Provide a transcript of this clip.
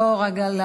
בוא רגע,